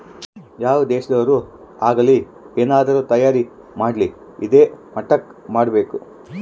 ಯಾವ್ ದೇಶದೊರ್ ಆಗಲಿ ಏನಾದ್ರೂ ತಯಾರ ಮಾಡ್ಲಿ ಇದಾ ಮಟ್ಟಕ್ ಮಾಡ್ಬೇಕು